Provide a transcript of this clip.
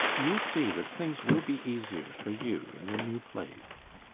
you'll see that things will be easier for you in the new place.